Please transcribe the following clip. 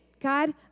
God